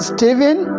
Stephen